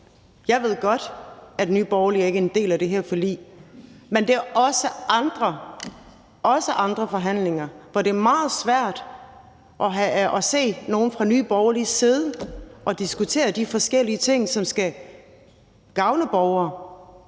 Jeg ved godt, at Nye Borgerlige ikke er en del af det her forlig, men det er også i andre forhandlinger, at det er meget svært at se nogen fra Nye Borgerlige sidde og diskutere de forskellige ting, som skal gavne borgerne.